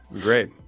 Great